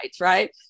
right